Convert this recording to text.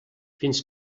fins